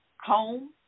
home